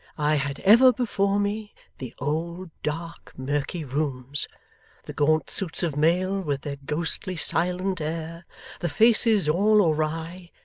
i had ever before me the old dark murky rooms the gaunt suits of mail with their ghostly silent air the faces all awry,